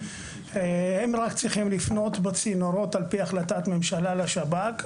הם רק צריכים לפנות בצינורות על פי החלטת ממשלה לשב"כ.